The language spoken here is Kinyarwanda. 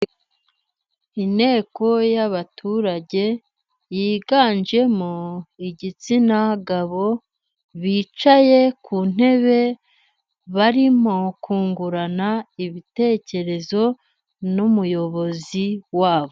Inteko y'abaturage yiganjemo igitsina gabo, bicaye ku ntebe barimo kungurana ibitekerezo n'umuyobozi wabo.